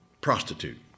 prostitute